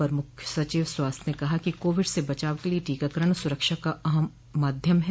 अपर मूख्य सचिव स्वास्थ्य ने कहा कि कोविड से बचाव के लिये टीकाकरण सुरक्षा का अहम माध्यम है